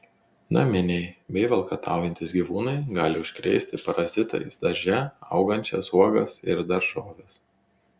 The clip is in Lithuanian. naminiai bei valkataujantys gyvūnai gali užkrėsti parazitais darže augančias uogas ir daržoves